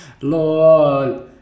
LOL